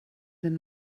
den